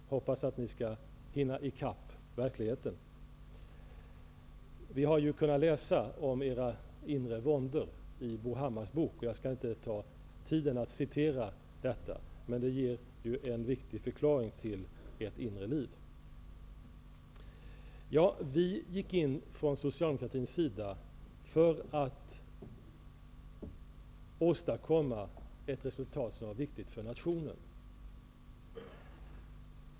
Jag hoppas att ni i Vänsterpartiet skall hinna i kapp verkligheten. Vi har ju kunnat läsa om era inre våndor i Bo Hammars bok. Jag skall inte ta tid i anspråk för att citera ur den, men den ger ju en viktig förklaring till ert inre liv. Vi från socialdemokratin gick alltså in för att åstadkomma ett resultat som var viktigt för nationen.